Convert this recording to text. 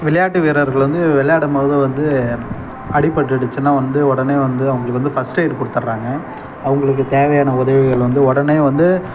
விளையாட்டு வீரர்கள் வந்து விளையாடும் பொழுது வந்து அடிபட்டுடுச்சுனா வந்து உடனே வந்து அவங்களுக்கு வந்து ஃபர்ஸ்ட் எய்டு கொடுத்துட்றாங்க அவங்களுக்கு தேவையான உதவிகள் வந்து உடனே வந்து